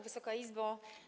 Wysoka Izbo!